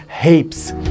heaps